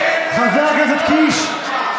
חבר הכנסת קיש.